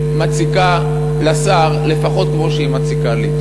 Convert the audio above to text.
מציקה לשר לפחות כמו שהיא מציקה לי.